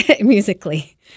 musically